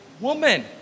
woman